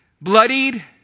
bloodied